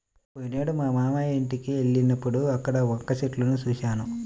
పోయినేడు మా మావయ్య వాళ్ళింటికి వెళ్ళినప్పుడు అక్కడ వక్క చెట్లను చూశాను